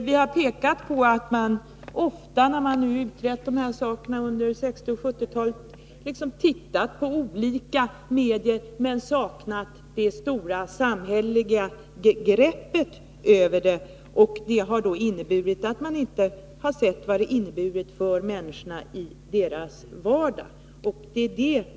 Vi har pekat på att man, när man utrett de här frågorna under 1960 och 1970-talen, ofta har tittat på olika medier men saknat det stora samhälleliga greppet över dem. Man har inte sett vad de inneburit för människorna i deras vardag.